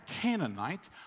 Canaanite